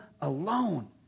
alone